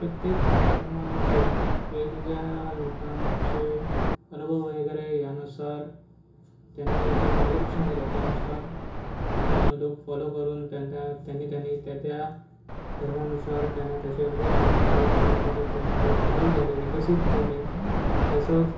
प्रत्येक धर्मामध्ये वेगवेगळ्या लोकांचे अनुभव वगैरे यानुसार त्यांनी जे मार्गदर्शन केलं त्यानुसार लोक फॉलो करून त्यांत्यां त्यांनी त्यांनी त्या त्या धर्मानुसार त्यांना त्याचे अनुभव आले आणि त्याप्रकारे त्यांच्यात बदल झाले विकसित झाले तसंच